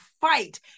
fight